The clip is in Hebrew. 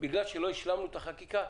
בגלל שלא השלמנו את החקיקה,